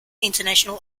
international